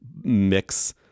mix